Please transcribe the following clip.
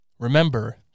Remember